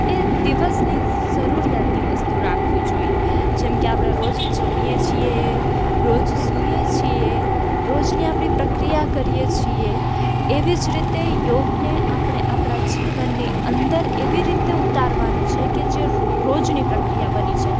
એ દિવસની જરૂરિયાતની વસ્તુ રાખવી જોઈએ જેમ કે આપણે રોજ જમીએ છીએ રોજ સુઈએ છીએ રોજની આપણી પ્રક્રિયા કરીએ છીએ એવી જ રીતે યોગને આપણે આપણાં જીવનની અંદર એવી રીતે ઉતારવાનો છે કે જે રોજની પ્રક્રિયા બની જાય